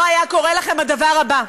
לא היה קורה לכם הדבר הבא.